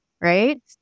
right